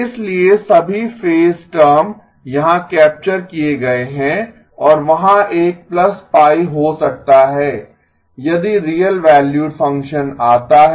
इसलिए सभी phase term यहां कैप्चर किए गए हैं और वहाँ एक π हो सकता है यदि रियल वैल्यूड फंक्शन आता है